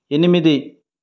ఎనిమిది